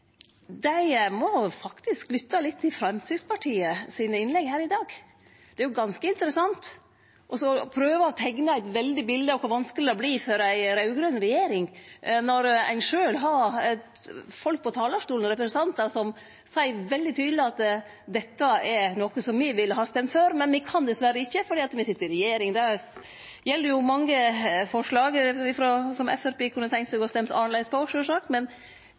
dei som prøver å framstille ei eventuell ny regjering slik – ei komande regjering av Arbeidarpartiet, Senterpartiet og eventuelt SV og fleire – må faktisk lytte litt til Framstegspartiet sine innlegg her i dag, det er ganske interessant. Ein prøver å teikne eit veldig bilde av kor vanskeleg det vert for ei raud-grøn regjering, men har sjølve representantar på talarstolen som seier veldig tydeleg at dette er noko ein ville ha stemt for, men ein kan dessverre ikkje, for ein sit i regjering. Dette gjeld jo mange forslag der Framstegspartiet kunne ha tenkt seg å